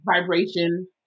vibration